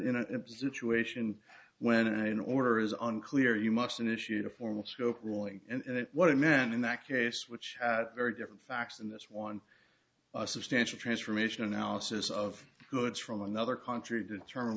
in a situation when an order is unclear you mustn't initiate a formal scope ruling and what it meant in that case which very different facts in this one a substantial transformation analysis of goods from another country determine